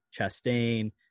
Chastain